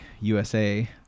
USA